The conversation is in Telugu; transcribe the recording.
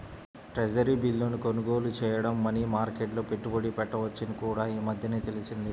ట్రెజరీ బిల్లును కొనుగోలు చేయడం మనీ మార్కెట్లో పెట్టుబడి పెట్టవచ్చని కూడా ఈ మధ్యనే తెలిసింది